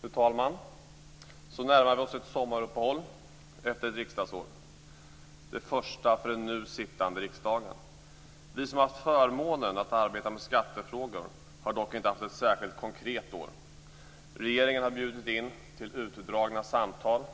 Fru talman! Så närmar vi oss ett sommaruppehåll efter ett riksdagsår, det första för den nu sittande riksdagen. Vi som haft förmånen att arbeta med skattefrågor har dock inte haft ett särskilt konkret år. Regeringen har bjudit in till utdragna samtal